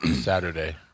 Saturday